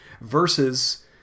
versus